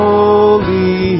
Holy